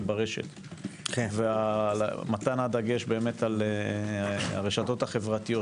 ברשת ומתן הדגש על הרשתות החברתיות,